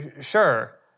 sure